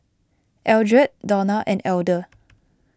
Eldred Dawna and Elder